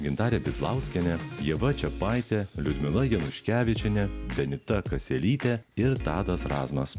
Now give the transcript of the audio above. gintarė bidlauskienė ieva čepaitė liudmila januškevičienė benita kaselytė ir tadas razmas